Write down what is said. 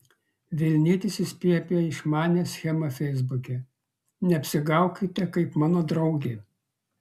vilnietis įspėja apie išmanią schemą feisbuke neapsigaukite kaip mano draugė